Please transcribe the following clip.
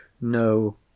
No